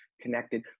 connected